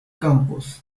campos